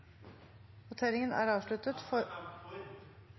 voteringen er